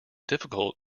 difficult